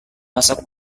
masak